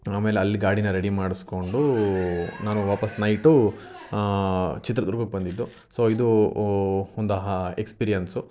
ಆಮೇಲೆ ಅಲ್ಲಿ ಗಾಡಿನ ರೆಡಿ ಮಾಡಿಸ್ಕೊಂಡು ನಾನು ವಾಪಸ್ ನೈಟು ಚಿತ್ರದುರ್ಗಕ್ಕೆ ಬಂದಿದ್ದು ಸೊ ಇದು ಒಂದು ಎಕ್ಸ್ಪಿರಿಯನ್ಸು